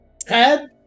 Ted